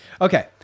Okay